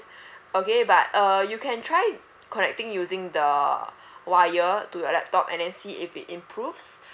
okay but uh you can try connecting using the wire to your laptop and then see if it improves